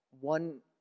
one